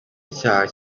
icyaha